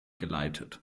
geleitet